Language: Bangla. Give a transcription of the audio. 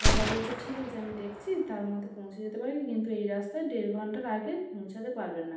দাদা বলছে ঠিক আছে আমি দেখছি তার মধ্যে পৌঁছে যেতে পারি কিন্তু এই রাস্তায় দেড় ঘণ্টার আগে পৌঁছাতে পারবেন না